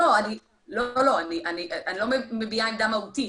לא, לא, אני לא מביעה עמדה מהותית.